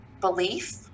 belief